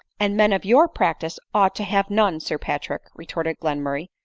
and men of your practice ought to have none, sir patrick, retorted glenmurray